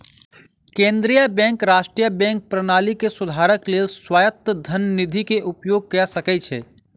केंद्रीय बैंक राष्ट्रीय बैंक प्रणाली के सुधारक लेल स्वायत्त धन निधि के उपयोग कय सकै छै